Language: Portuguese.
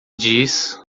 diz